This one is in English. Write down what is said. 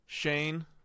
Shane